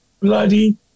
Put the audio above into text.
bloody